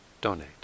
donate